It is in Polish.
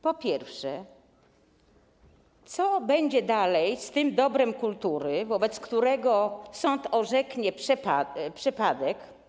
Po pierwsze, co będzie dalej z tym dobrem kultury, wobec którego sąd orzeknie przepadek?